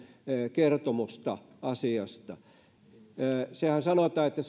kertomusta asiasta sanotaanhan että